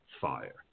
fire